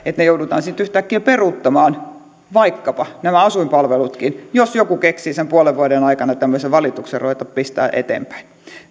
ne joudutaan sitten yhtäkkiä peruuttamaan vaikkapa nämä asuinpalvelutkin jos joku keksii sen puolen vuoden aikana tämmöisen valituksen ruveta pistämään eteenpäin